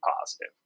positive